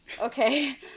Okay